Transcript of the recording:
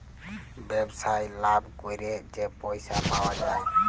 ব্যবসায় লাভ ক্যইরে যে পইসা পাউয়া যায়